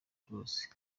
rwose